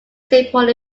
simple